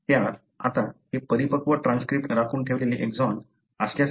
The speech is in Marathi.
आता ते परिपक्व ट्रान्सक्रिप्ट राखून ठेवलेले एक्सॉन असल्यासारखे कार्य करते